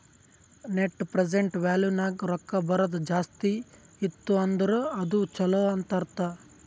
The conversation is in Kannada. ನೆಟ್ ಪ್ರೆಸೆಂಟ್ ವ್ಯಾಲೂ ನಾಗ್ ರೊಕ್ಕಾ ಬರದು ಜಾಸ್ತಿ ಇತ್ತು ಅಂದುರ್ ಅದು ಛಲೋ ಅಂತ್ ಅರ್ಥ